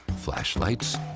Flashlights